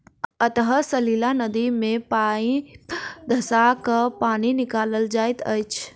अंतः सलीला नदी मे पाइप धँसा क पानि निकालल जाइत अछि